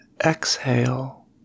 exhale